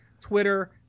twitter